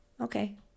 Okay